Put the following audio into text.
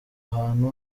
hantu